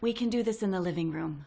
we can do this in the living room